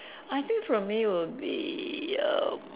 I think for me would be err